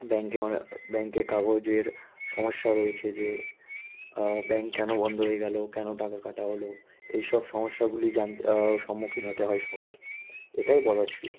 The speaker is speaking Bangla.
ব্যাংকে আমরা ব্যাংকের কাগজের সমস্যা রয়েছে যে ব্যাংক কেন বন্ধ হয়ে গেল কেন টাকা কাটা হলো এইসব সমস্যাগুলি জানতে সম্মুখীন হতে হয় সবাইকে এটাই বলার ছিলো